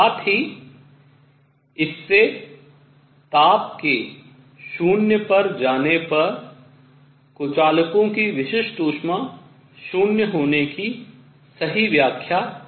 साथ ही इससे ताप के शून्य पर जाने पर कुचालकों की विशिष्ट ऊष्मा शून्य होने की सही व्याख्या हुई